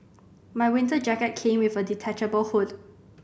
my winter jacket came with a detachable hood